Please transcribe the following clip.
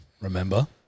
Remember